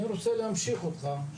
אני רוצה להמשיך אותך.